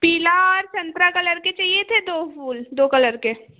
पीला और संतरा कलर के चाहिए थे दो फूल दो कलर के